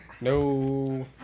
No